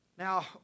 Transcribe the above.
Now